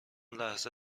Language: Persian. لحظه